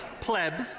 plebs